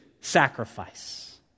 sacrifice